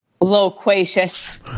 loquacious